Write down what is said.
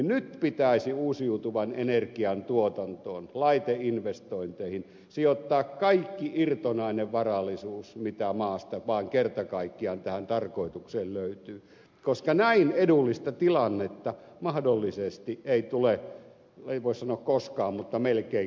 nyt pitäisi uusiutuvan energian tuotantoon laiteinvestointeihin sijoittaa kaikki irtonainen varallisuus mitä maasta vaan kerta kaikkiaan tähän tarkoitukseen löytyy koska näin edullista tilannetta mahdollisesti ei tule ei voi sanoa ei koskaan mutta melkein koskaan